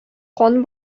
кан